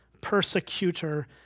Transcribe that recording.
persecutor